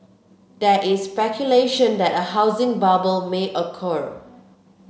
there is speculation that a housing bubble may occur